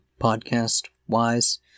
podcast-wise